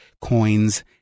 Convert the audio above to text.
coins